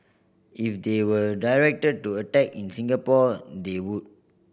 if they were directed to attack in Singapore they would